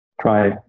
try